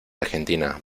argentina